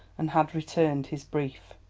and had returned his brief.